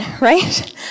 right